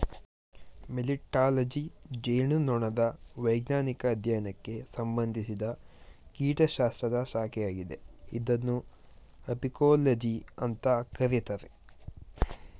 melittology ಜೇನುನೊಣದ ವೈಜ್ಞಾನಿಕ ಅಧ್ಯಯನಕ್ಕೆ ಸಂಬಂಧಿಸಿದ ಕೀಟಶಾಸ್ತ್ರದ ಶಾಖೆಯಾಗಿದೆ ಇದನ್ನು ಅಪಿಕೋಲಜಿ ಅಂತ ಕರೀತಾರೆ